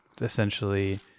essentially